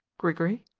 grigory.